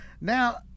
Now